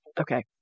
Okay